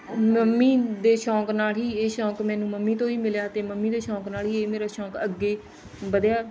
mummy ਦੇ ਸ਼ੌਂਕ ਨਾਲ ਹੀ ਇਹ ਸ਼ੌਂਕ ਮੈਨੂੰ ਮੰਮੀ ਤੋਂ ਹੀ ਮਿਲਿਆ ਅਤੇ ਮੰਮੀ ਦੇ ਸ਼ੌਂਕ ਨਾਲ ਹੀ ਇਹ ਮੇਰਾ ਸ਼ੌਂਕ ਅੱਗੇ ਵਧਿਆ